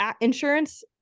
Insurance